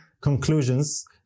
conclusions